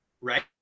Right